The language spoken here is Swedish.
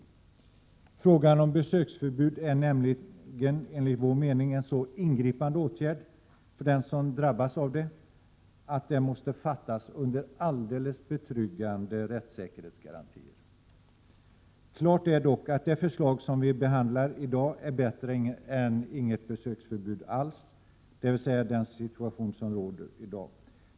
Enligt vår mening är besöksförbud nämligen en så ingripande åtgärd för den som drabbas av det att beslutet måste fattas under alldeles betryggande rättssäkerhetsgarantier. Klart är dock att det förslag som vi nu behandlar är bättre än inget besöksförbud alls, dvs. den situation som råder i dag.